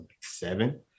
seven